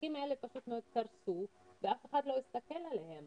והעסקים האלה פשוט קרסו ואף אחד לא הסתכל עליהם